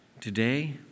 Today